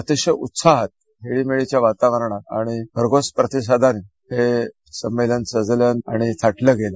अतिशय उत्साहात खेळीमेळीच्या वातावरणात आणि भरघोस प्रतिसादानं हे संमेलन सजलं आणि थाटलं गेलं